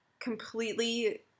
completely